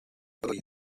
william